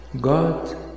God